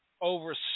over